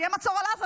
יהיה מצור על עזה,